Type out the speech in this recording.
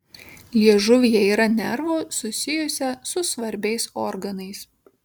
liežuvyje yra nervų susijusią su svarbiais organais